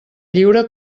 lliure